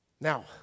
Now